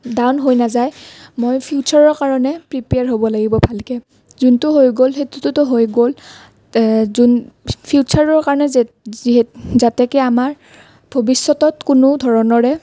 down হৈ নাযায় মই ফিউচাৰৰ কাৰণে প্ৰিপেয়াৰ হ'ব লাগিব ভালকে যিটো হৈ গ'ল সেইটোতো হৈ গ'ল ফিউচাৰৰ কাৰণে যাতে আমাৰ ভৱিষ্যতত কোনো ধৰণৰে